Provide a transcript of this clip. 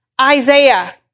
Isaiah